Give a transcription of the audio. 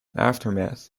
aftermath